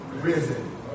risen